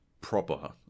proper